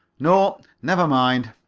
no, never mind.